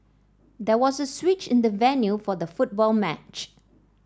there was a switch in the venue for the football match